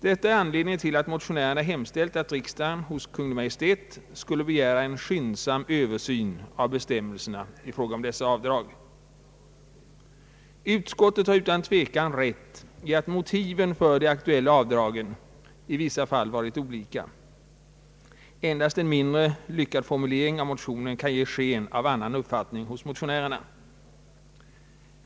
Detta är anledningen till att motionärerna har hemställt att riksdagen hos Kungl. Maj:t skall begära en skyndsam översyn av bestämmelserna i fråga om dessa avdrag. Utskottet har utan tvekan rätt i att motiven för de aktuella avdragen i vissa fall har varit olika. Endast en mindre lyckad formulering av motionen kan ge sken av annan uppfattning hos motionärerna.